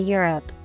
Europe